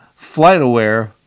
FlightAware